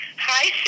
Hi